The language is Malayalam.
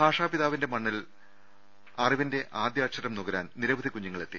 ഭാഷാപിതാവിന്റെ മണ്ണിൽ അറിവിന്റെ ആദ്യാക്ഷരം നുകരാൻ നിര വധി കുഞ്ഞുങ്ങളെത്തി